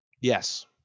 Yes